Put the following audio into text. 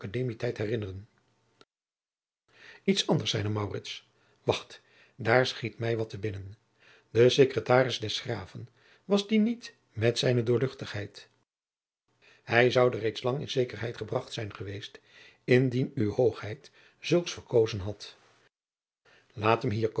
herinneren iets anders zeide maurits wacht daar schiet mij wat te binnen de secretaris des graven was die niet met z d hij zoude reeds lang in zekerheid gebracht zijn geweest indien u h zulks verkozen had laat hem hier